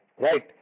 right